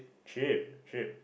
cheap cheap